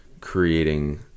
creating